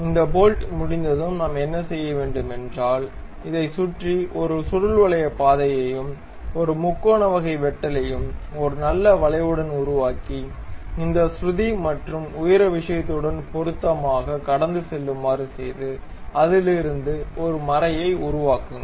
இந்த போல்ட் முடிந்ததும் நாம் என்ன செய்ய முடியும் என்றால் இதைச் சுற்றி ஒரு சுருள்வலைய பாதையையும் ஒரு முக்கோண வகை வெட்டலையும் ஒரு நல்ல வளைவுடன் உருவாக்கி இந்த சுருதி மற்றும் உயர விஷயத்துடன் பொருத்தமாக கடந்து செல்லுமாறு செய்து அதிலிருந்து ஒரு மறையை உருவாக்குங்கள்